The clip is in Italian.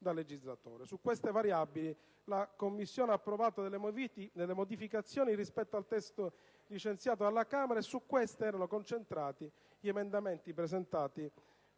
Su queste variabili la Commissione ha approvato delle modificazioni rispetto al testo licenziato dalla Camera e su queste erano concentrati gli emendamenti presentati